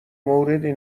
موردی